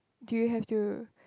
do you have to